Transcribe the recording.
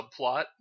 subplot